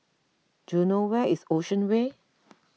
do you know where is Ocean Way